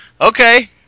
Okay